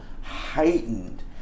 heightened